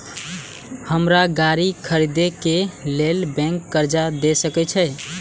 हमरा गाड़ी खरदे के लेल बैंक कर्जा देय सके छे?